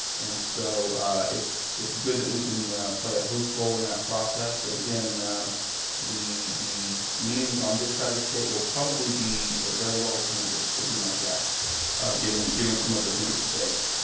and so it's it's good that we can play a host role in that process, but again the the meetings on this side of the state will probably be very well attended, would be my guess given given some of the things at stake.